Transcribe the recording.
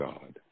God